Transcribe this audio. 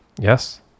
yes